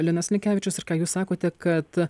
linas linkevičius ir ką jūs sakote kad